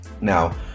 Now